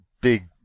big